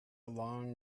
long